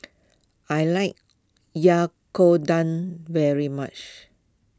I like Yakodon very much